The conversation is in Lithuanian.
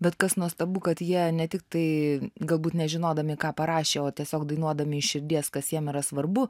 bet kas nuostabu kad jie ne tik tai galbūt nežinodami ką parašė o tiesiog dainuodami iš širdies kas jiem yra svarbu